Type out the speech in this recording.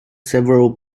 several